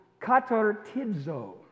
katartidzo